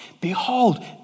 behold